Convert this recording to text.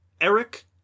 Eric